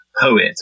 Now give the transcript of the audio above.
poet